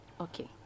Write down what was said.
Okay